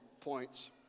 points